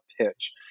pitch